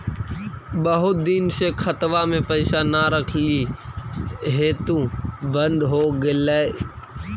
बहुत दिन से खतबा में पैसा न रखली हेतू बन्द हो गेलैय?